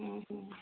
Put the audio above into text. ଉଁ ହୁଁ